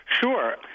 Sure